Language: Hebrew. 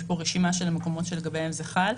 יש כאן רשימה של המקומות לגביהם זה חל.